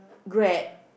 Grab